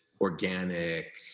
organic